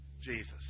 Jesus